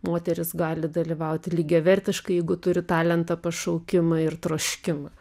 moterys gali dalyvauti lygiavertiškai jeigu turi talentą pašaukimą ir troškimą